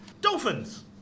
dolphins